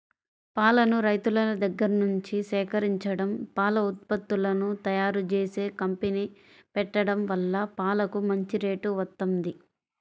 పాలను రైతుల దగ్గర్నుంచి సేకరించడం, పాల ఉత్పత్తులను తయ్యారుజేసే కంపెనీ పెట్టడం వల్ల పాలకు మంచి రేటు వత్తంది